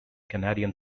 canadian